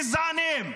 גזענים,